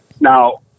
now